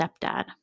stepdad